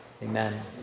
Amen